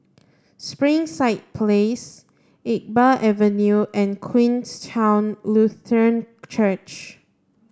Springside Place Iqbal Avenue and Queenstown Lutheran Church